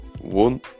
one